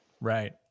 Right